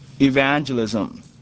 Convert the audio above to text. Evangelism